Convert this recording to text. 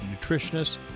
nutritionists